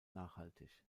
nachhaltig